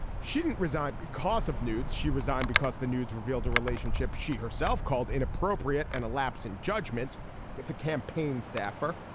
she didn't resign because of nudes. she resigned because the nudes revealed a relationship she herself called inappropriate and a lapse in judgment with a campaign staffer.